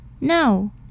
no